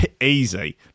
Easy